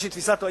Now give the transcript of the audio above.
יש לי תחושה